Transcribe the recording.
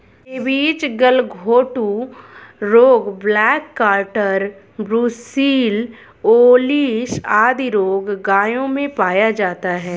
rabies, गलघोंटू रोग, black quarter, brucellosis आदि रोग गायों में पाया जाता है